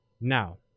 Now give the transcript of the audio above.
Now